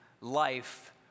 life